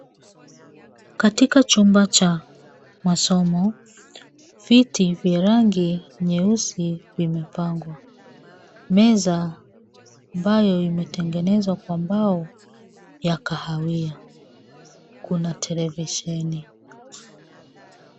Katika chumba cha masomo viti vya rangi nyeusi vimepangwa. Meza ambayo imetengenezwa kwa mbao ya kahawia kuna televisheni.